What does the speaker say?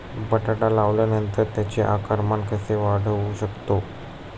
बटाटा लावल्यानंतर त्याचे आकारमान कसे वाढवू शकतो?